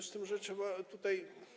Z tym, że trzeba tutaj.